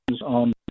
on